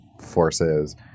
forces